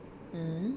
mm